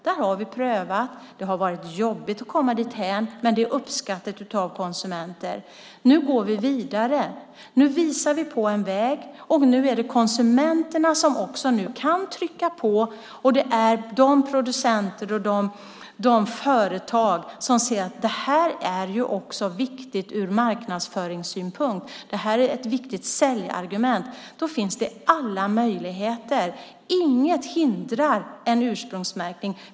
Vi har prövat det. Det har varit jobbigt att komma dithän, men det är uppskattat av konsumenter. Nu går vi vidare. Nu visar vi en väg. Nu är det konsumenterna som kan trycka på. Producenter och företag inser att det här är viktigt ur marknadsföringssynpunkt. Det här är ett viktigt säljargument. Då finns alla möjligheter. Inget hindrar ursprungsmärkning.